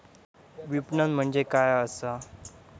विपणन म्हणजे काय असा?